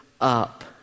up